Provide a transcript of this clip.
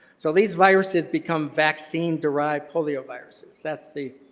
so, these viruses become vaccine derived polioviruses. that's the